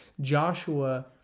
Joshua